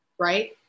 right